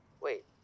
Wait